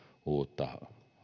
uutta